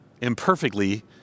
imperfectly